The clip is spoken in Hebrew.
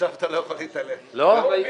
להתעלם מזה.